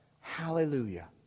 Hallelujah